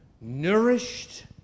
nourished